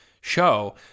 show